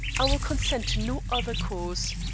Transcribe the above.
i will consent to no other course.